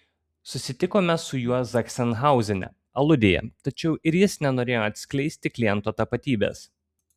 susitikome su juo zachsenhauzene aludėje tačiau ir jis nenorėjo atskleisti kliento tapatybės